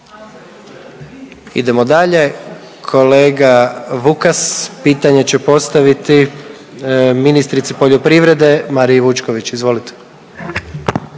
Idemo dalje, kolega Vukas pitanje će postaviti ministrici poljoprivrede Mariji Vučković. Izvolite.